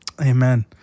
Amen